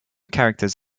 characters